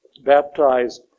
baptized